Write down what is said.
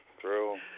true